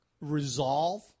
resolve